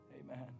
Amen